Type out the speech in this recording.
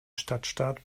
stadtstaat